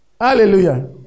Hallelujah